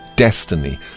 Destiny